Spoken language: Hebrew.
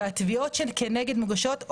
והתביעות של כנגד מוגשות,